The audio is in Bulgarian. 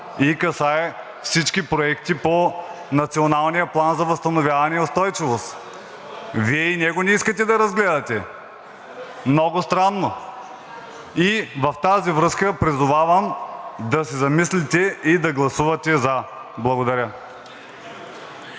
и касае всички проекти по Националния план за възстановяване и устойчивост. Вие и него не искате да разгледате. Много странно. Във връзка с това призовавам да се замислите и да гласувате за. Благодаря.